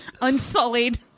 Unsullied